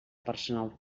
personal